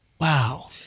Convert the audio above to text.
Wow